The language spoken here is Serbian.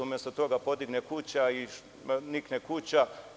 Umesto toga se podigne kuća, nikne kuća.